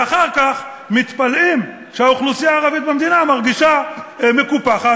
ואחר כך מתפלאים שהאוכלוסייה הערבית במדינה מרגישה מקופחת,